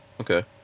okay